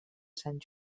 sant